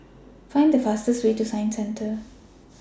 Find The fastest Way to Science Centre